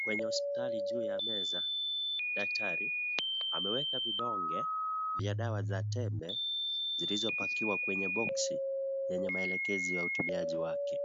Kwenye hospitali juu ya meza, daktari ameweka vidonge vya dawa za tembe, zilizopakiwa kwenye boxi yenye maelekezo ya utumiaji wake.